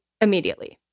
immediately